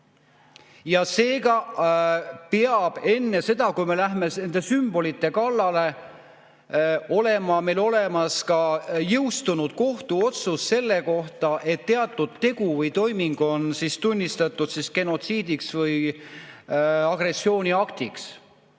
Seega peab enne seda, kui me läheme nende sümbolite kallale, meil olemas olema jõustunud kohtuotsus selle kohta, et teatud tegu või toiming on tunnistatud genotsiidiks või agressiooniaktiks.